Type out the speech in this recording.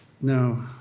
no